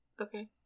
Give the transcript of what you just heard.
Okay